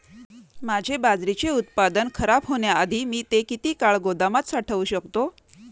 माझे बाजरीचे उत्पादन खराब होण्याआधी मी ते किती काळ गोदामात साठवू शकतो?